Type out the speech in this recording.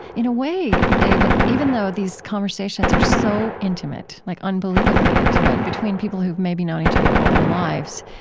in a way, dave, ah even though these conversations are so intimate, like unbelievably intimate, between people who've maybe known each other all their lives,